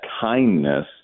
kindness